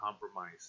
compromise